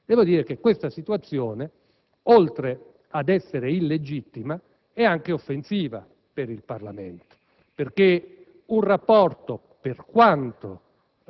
Devo dire che questa situazione, oltre ad essere illegittima, è anche offensiva per il Parlamento, perché un rapporto per quanto